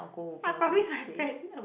what I promise my friend